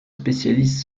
spécialistes